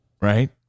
right